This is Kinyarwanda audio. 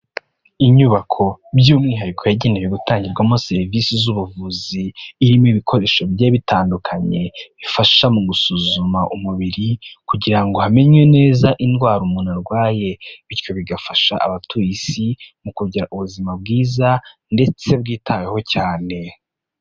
Inyubako by'umwihariko yagenewe gutangirwamo serivisi z'ubuvuzi, irimo ibikoresho bigiye bitandukanye, bifasha mu gusuzuma umubiri kugira ngo hamenywe neza indwara umuntu arwaye bityo bigafasha abatuye Isi mu kugira ubuzima bwiza ndetse bwitaweho cyane.